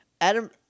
Adam